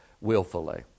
willfully